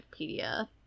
Wikipedia